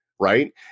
Right